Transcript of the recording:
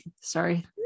Sorry